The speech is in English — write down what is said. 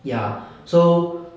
ya so